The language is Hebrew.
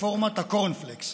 רפורמת הקורנפלקס,